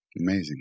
Amazing